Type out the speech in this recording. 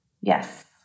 Yes